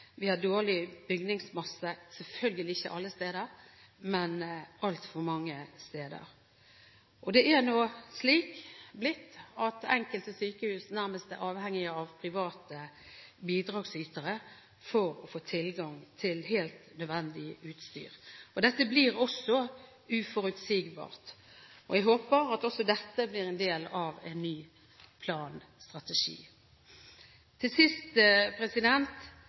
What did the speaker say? Vi har utstyr som bryter sammen, systemer som ikke snakker med hverandre, dårlig bygningsmasse – selvfølgelig ikke alle steder, men altfor mange steder. Det er nå slik blitt at enkelte sykehus nærmest er avhengige av private bidragsytere for å få tilgang til helt nødvendig utstyr. Dette blir også uforutsigbart. Jeg håper at dette blir en del av en ny